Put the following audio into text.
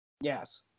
Yes